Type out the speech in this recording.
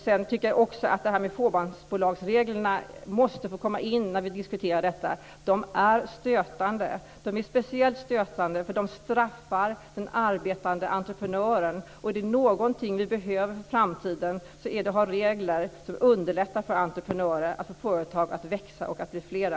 Sedan tycker jag också att det här med reglerna om fåmansbolag måste få komma in när vi diskuterar detta. De är stötande. De är speciellt stötande därför att de straffar den arbetande entreprenören, och om det är något vi behöver i framtiden så är det att ha regler som underlättar för entreprenörer att få företag att växa och bli flera.